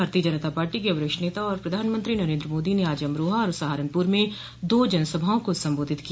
भारतीय जनता पार्टी के वरिष्ठ नेता और प्रधानमंत्री नरेन्द्र मोदी ने आज अमरोहा और सहारनपुर में दो जनसभाओं को संबोधित किया